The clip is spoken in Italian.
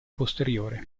posteriore